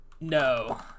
No